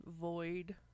void